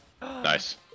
nice